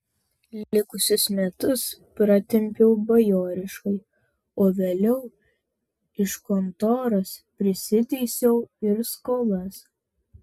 likusius metus pratempiau bajoriškai o vėliau iš kontoros prisiteisiau ir skolas